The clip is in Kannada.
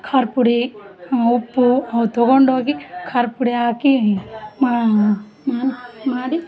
ಖಾರ ಪುಡಿ ಉಪ್ಪು ತೊಗೊಂಡೋಗಿ ಖಾರ ಪುಡಿ ಹಾಕಿ ಮಾವಿನ್ಕಾಯಿ ಮಾಡಿ